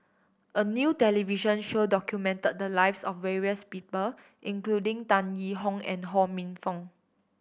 a new television show documented the lives of various people including Tan Yee Hong and Ho Minfong